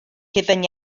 hufen